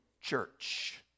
church